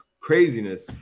craziness